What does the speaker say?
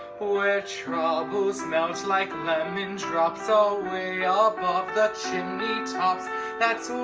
where troubles melt like lemon drops so away ah above the chimney tops that's so